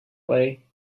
way